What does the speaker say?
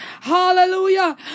Hallelujah